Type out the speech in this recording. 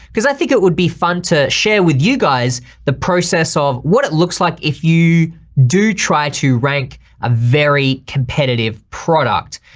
cause i think it would be fun to share with you guys the process of what it looks like if you do try to rank a very competitive product.